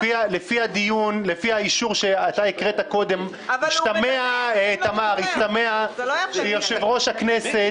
לפי האישור שאתה הקראת קודם משתמע שיושב-ראש הכנסת